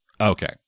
Okay